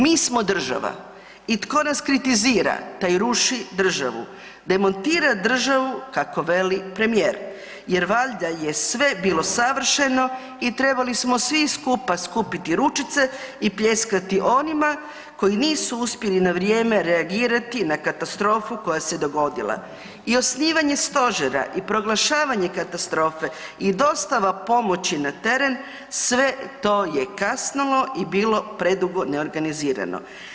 Mi smo država i tko nas kritizira taj ruši državu, demontira državu kako veli premijer jel valjda je sve bilo savršeno i trebali smo svi skupa skupiti ručice i pljeskati onima koji nisu uspjeli na vrijeme reagirati na katastrofu koja se dogodila i osnivanje stožera i proglašavanje katastrofe i dosta pomoći na teren sve to je kasnilo i bilo predugo neorganizirano.